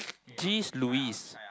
geez Louis